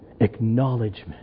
acknowledgement